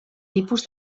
tipus